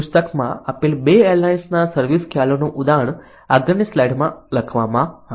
પુસ્તકમાં આપેલ બે એરલાઇન્સના સર્વિસ ખ્યાલોનું ઉદાહરણ આગળની સ્લાઇડમાં લખવામાં આવ્યું છે